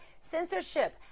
censorship